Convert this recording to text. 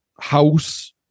house